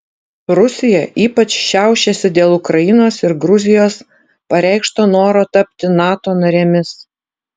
rusija ypač šiaušiasi dėl ukrainos ir gruzijos pareikšto noro tapti nato narėmis